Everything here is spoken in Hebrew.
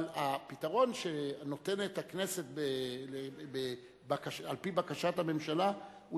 אבל הפתרון שנותנת הכנסת על-פי בקשת הממשלה הוא